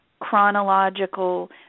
chronological